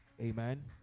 Amen